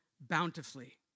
bountifully